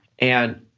and